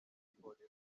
kwihorera